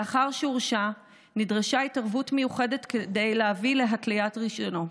לאחר שהורשע נדרשה התערבות מיוחדת כדי להביא להתליית רישיונו.